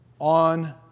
on